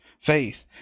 faith